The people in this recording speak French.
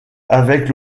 avec